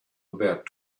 about